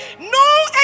no